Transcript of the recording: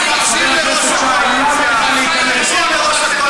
מה עם המקרתיזם?